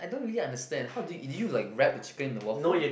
I don't really understand how do you eat did you like wrap the chicken in the waffle